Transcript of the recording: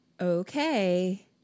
okay